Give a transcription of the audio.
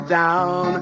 down